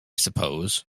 suppose